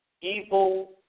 evil